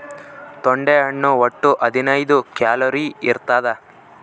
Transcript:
ತೊಂಡೆ ಹಣ್ಣು ಒಟ್ಟು ಹದಿನೈದು ಕ್ಯಾಲೋರಿ ಇರ್ತಾದ